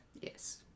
Yes